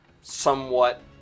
somewhat